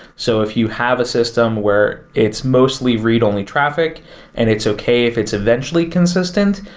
so if you have a system where it's mostly read only traffic and it's okay if it's eventually consistent,